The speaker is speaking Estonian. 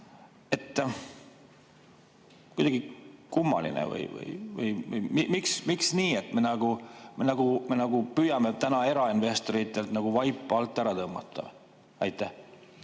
Kuidagi kummaline. Miks nii, et me nagu püüame erainvestoritelt vaipa alt ära tõmmata? Aitäh!